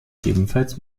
ebenfalls